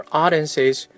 audiences